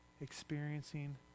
experiencing